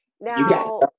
Now